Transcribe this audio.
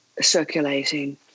circulating